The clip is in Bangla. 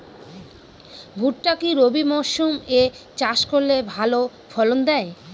ভুট্টা কি রবি মরসুম এ চাষ করলে ভালো ফলন দেয়?